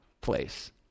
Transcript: place